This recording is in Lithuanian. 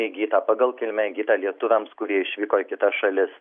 įgytą pagal kilmę įgytą lietuviams kurie išvyko į kitas šalis